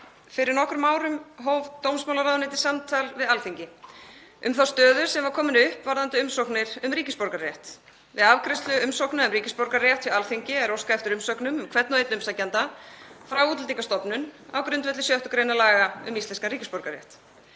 Fyrir nokkrum árum hóf dómsmálaráðuneytið samtal við Alþingi um þá stöðu sem var komin upp varðandi umsóknir um ríkisborgararétt. Við afgreiðslu umsókna um ríkisborgararétt hjá Alþingi er óskað eftir umsögnum um hvern og einn umsækjanda frá Útlendingastofnun á grundvelli 6. gr. laga um íslenskan ríkisborgararétt.